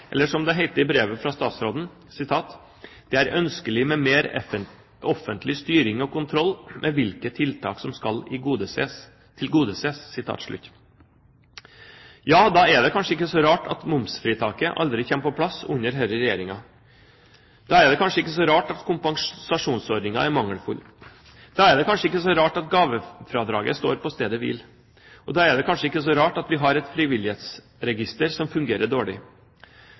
Eller som det heter i brevet fra statsråden: «Det er ønskelig med offentlig styring og kontroll med hvilke tiltak som skal tilgodesees Ja, da er det kanskje ikke så rart at momsfritaket aldri kommer på plass under denne regjeringen. Da er det kanskje ikke så rart at kompensasjonsordningen er mangelfull. Da er det kanskje ikke så rart at gavefradraget står på stedet hvil. Og da er det kanskje ikke så rart at vi har et frivillighetsregister som fungerer dårlig.